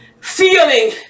feeling